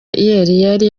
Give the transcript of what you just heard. yari